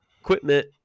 equipment